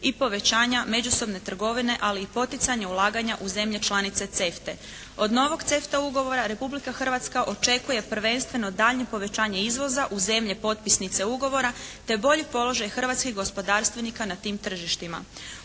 i povećanja međusobne trgovine ali i poticanje ulaganja u zemlje članice CEFTA-e. Od novog CEFTA ugovora Republika Hrvatska očekuje prvenstveno daljnje povećanje izvoza u zemlje potpisnice ugovora te bolji položaj hrvatskih gospodarstvenika na tim tržištima.